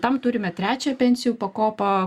tam turime trečią pensijų pakopą